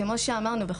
כמו שאמרנו,